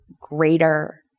greater